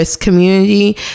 Community